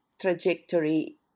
trajectory